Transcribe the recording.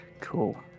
Cool